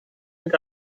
mit